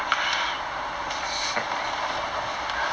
oh interesting interesting